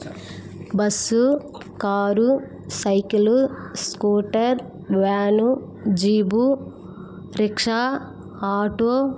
bus car cycle scooter van jeep rickshaw auto